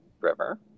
river